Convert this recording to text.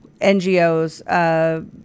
NGOs